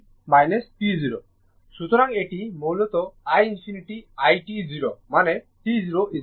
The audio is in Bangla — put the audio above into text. সুতরাং এটি মূলত i ∞ i t 0 মানে t 0 4 সেকেন্ড